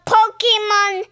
Pokemon